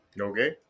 Okay